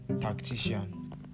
tactician